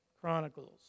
Chronicles